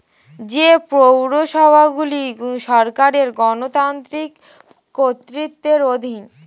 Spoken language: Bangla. যে পৌরসভাগুলি সরকারের গণতান্ত্রিক কর্তৃত্বের অধীন